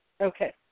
Okay